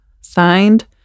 Signed